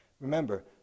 Remember